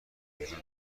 بیرون